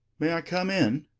may i come in?